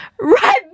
right